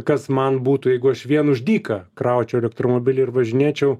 kas man būtų jeigu aš vien už dyka kraučiau elektromobilį ir važinėčiau